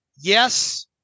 Yes